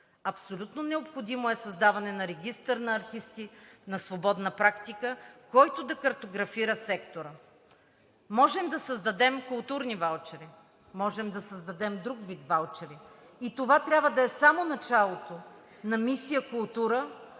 Абсолютно необходимо е създаване на регистър на артисти на свободна практика, който да картографира сектора. Можем да създадем културни ваучери, можем да създадем друг вид ваучери и това трябва да е само началото на мисия „Култура“,